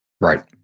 Right